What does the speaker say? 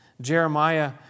Jeremiah